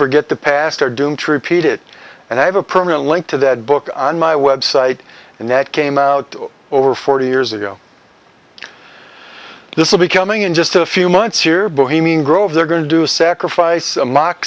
forget the past are doomed to repeat it and i have a permanent link to that book on my website and that came out over forty years ago this will be coming in just a few months here bohemian grove they're going to sacrifice a mock